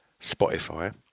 Spotify